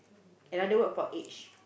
another word for age